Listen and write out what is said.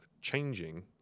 changing